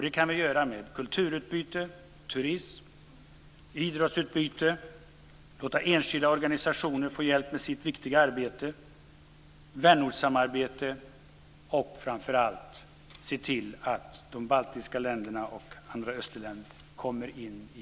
Det kan vi göra genom kulturutbyte, turism och idrottsutbyte, genom att låta enskilda organisationer få hjälp med sitt viktiga arbete, genom vänortssamarbete och, framför allt, genom att se till att de baltiska länderna och andra östländer kommer in i